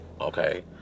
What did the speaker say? okay